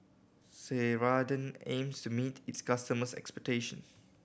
Ceradan aims to meet its customers' expectation